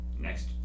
Next